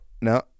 No